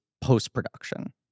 post-production